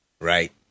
right